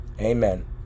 Amen